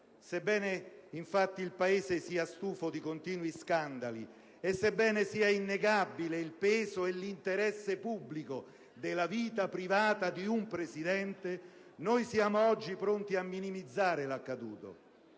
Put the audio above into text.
Sebbene infatti il Paese sia stufo di continui scandali e sebbene sia innegabile il peso e l'interesse pubblico della vita privata di un Presidente, noi siamo oggi pronti a minimizzare l'accaduto.